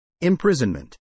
Imprisonment